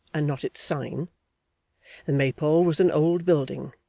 and not its sign the maypole was an old building,